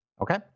Okay